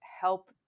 help